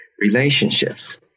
relationships